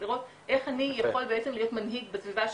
איך אני יכול בעצם להיות מנהיג בסביבה שלי,